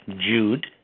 Jude